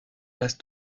las